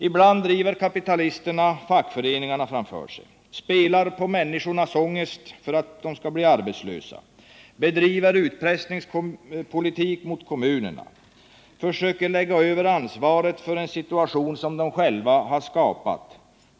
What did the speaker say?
Ibland driver kapitalisterna fackföreningarna framför sig, spelar på människornas ångest för att bli arbetslösa, bedriver utpressningspolitik mot kommunerna och försöker skjuta över ansvaret på andra för en situation som de själva har skapat.